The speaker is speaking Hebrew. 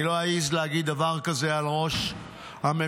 אני לא אעז להגיד דבר כזה על ראש הממשלה,